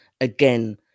again